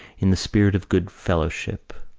in the spirit of good-fellowship,